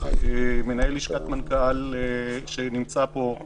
מנהל לשכת מנכ"ל שנמצא פה,